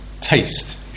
taste